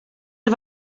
del